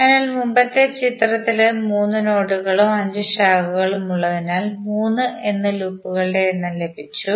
അതിനാൽ മുമ്പത്തെ ചിത്രത്തിൽ 3 നോഡുകളും 5 ശാഖകളുമുള്ളതിനാൽ മൂന്ന് എന്ന് ലൂപ്പുകളുടെ എണ്ണം ലഭിച്ചു